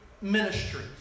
ministries